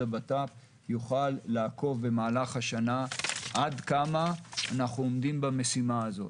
הבט"פ יוכלו לעקוב במהלך השנה עד כמה אנחנו עומדים במשימה הזאת.